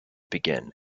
begin